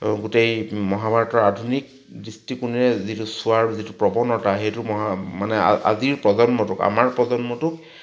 আৰু গোটেই মহাভাৰতৰ আধুনিক দৃষ্টিকোণেৰে চোৱাৰ যিটো প্ৰৱণতা সেইটো মহা মানে আজিৰ প্ৰজন্মটোক আমাৰ প্ৰজন্মটোক